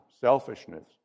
Selfishness